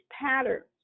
patterns